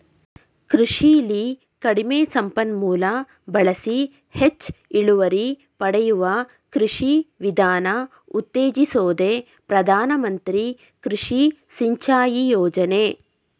ಕೃಷಿಲಿ ಕಡಿಮೆ ಸಂಪನ್ಮೂಲ ಬಳಸಿ ಹೆಚ್ ಇಳುವರಿ ಪಡೆಯುವ ಕೃಷಿ ವಿಧಾನ ಉತ್ತೇಜಿಸೋದೆ ಪ್ರಧಾನ ಮಂತ್ರಿ ಕೃಷಿ ಸಿಂಚಾಯಿ ಯೋಜನೆ